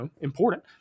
important